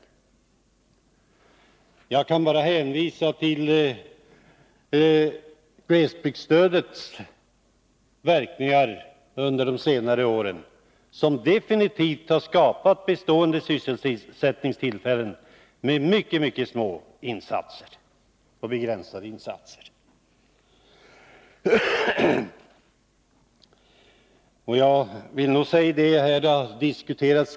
Glesbygdsstödet har under senare år definitivt skapat bestående sysselsättningstillfällen, genom mycket små och begränsade insatser.